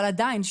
אבל עדיין,